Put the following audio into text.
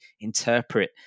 interpret